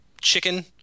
chicken